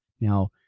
Now